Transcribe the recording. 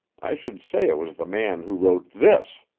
i should say it was the man who wrote this.